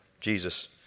Jesus